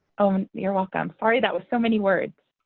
oh, um you're welcome. sorry, that was so many words.